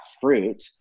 fruit